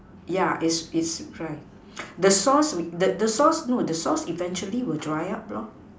yeah it's it's rice the source the the source no the source will eventually will dry up